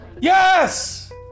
Yes